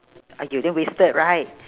!aiyo! then wasted right